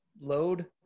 load